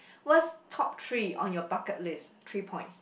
what's top three on your bucket list three points